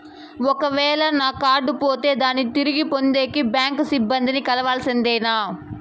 ఒక వేల నా కార్డు పోతే దాన్ని తిరిగి పొందేకి, బ్యాంకు సిబ్బంది ని కలవాల్సిందేనా?